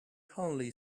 only